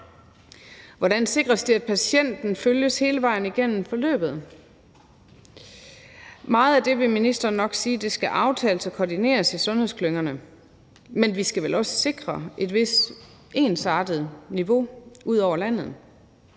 Hvordan sikres det, at patienten følges hele vejen igennem forløbet? Meget af det vil ministeren nok sige skal aftales og koordineres i sundhedsklyngerne, men vi skal vel også sikre et vist ensartet niveau ud over landet.